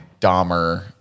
Dahmer